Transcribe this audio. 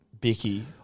bicky